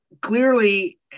clearly